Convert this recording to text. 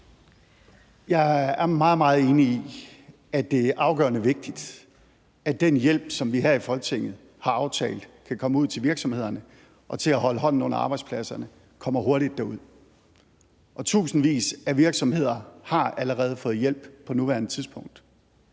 Jeg er meget, meget enig i, at det er afgørende vigtigt, at den hjælp, som vi her i Folketinget har aftalt kan komme ud til virksomhederne for at holde hånden under arbejdspladserne, kommer hurtigt derud. Tusindvis af virksomheder har allerede på nuværende tidspunkt